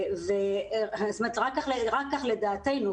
רק כך לדעתנו,